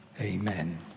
amen